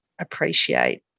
appreciate